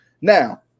Now